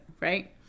right